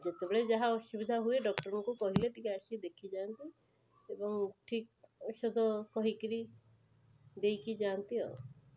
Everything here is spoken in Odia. ଯେତେବେଳେ ଯାହା ଅସୁବିଧା ହୁଏ ଡକ୍ଟରଙ୍କୁ କହିଲେ ଟିକିଏ ଆସି ଦେଖିଯାନ୍ତି ଏବଂ ଠିକ୍ ଔଷଧ କହିକରି ଦେଇକି ଯାଆନ୍ତି ଆଉ